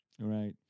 Right